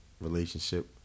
relationship